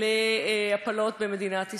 להפלות במדינת ישראל.